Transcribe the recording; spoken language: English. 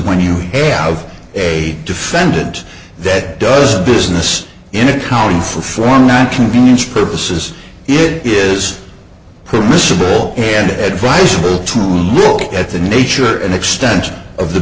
when you have a defendant that does business in calling for for not convenience purposes it is permissible and advice to look at the nature and extent of the